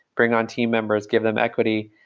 bring on team members. give them equity.